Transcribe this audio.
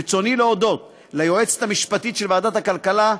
ברצוני להודות ליועצת המשפטית של ועדת הכלכלה,